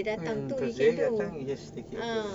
mm first day dia datang just take it okay